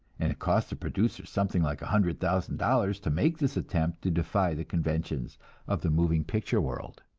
and it cost the producer something like a hundred thousand dollars to make this attempt to defy the conventions of the moving picture world.